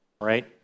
right